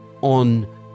on